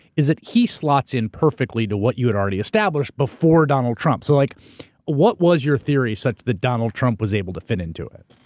is that he slots in perfectly to what you had already established before donald trump. so like what was your theory such that donald trump was able to fit into it?